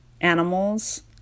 animals